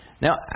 Now